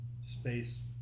space